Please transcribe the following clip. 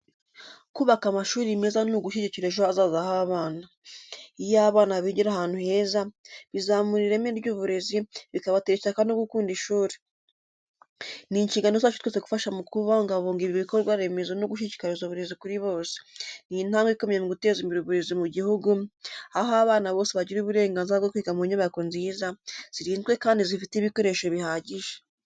Kubaka amashuri meza ni ugushyigikira ejo hazaza h’abana. Iyo abana bigira ahantu heza, bizamura ireme ry’uburezi, bikabatera ishyaka no gukunda ishuri. Ni inshingano zacu twese gufasha mu kubungabunga ibi bikorwa remezo no gushyigikira uburezi kuri bose, ni intambwe ikomeye mu guteza imbere uburezi mu gihugu, aho abana bose bagira uburenganzira bwo kwiga mu nyubako nziza, zirinzwe kandi zifite ibikoresho bihagije.